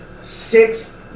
Six